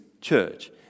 Church